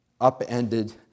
upended